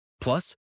Plus